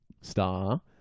star